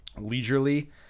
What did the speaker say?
leisurely